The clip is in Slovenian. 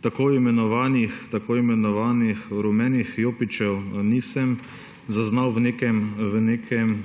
tako imenovanih rumenih jopičev nisem zaznal v nekem